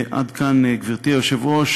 עד כאן, גברתי היושבת-ראש.